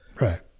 right